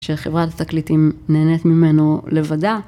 כשחברת התקליטים נהנית ממנו לבדה.